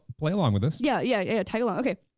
play along with us. yeah, yeah yeah, tag along, okay.